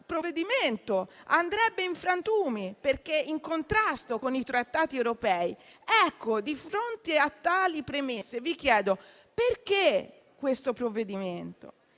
dal provvedimento andrebbe in frantumi perché in contrasto con i trattati europei. Ecco, di fronte a tali premesse io vi chiedo: perché questo provvedimento?